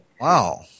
Wow